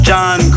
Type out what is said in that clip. John